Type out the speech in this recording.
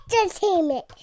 entertainment